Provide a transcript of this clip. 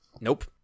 Nope